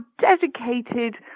dedicated